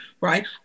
right